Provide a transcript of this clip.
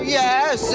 yes